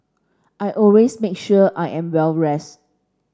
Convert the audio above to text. I always make sure I am well rested